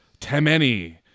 Temeni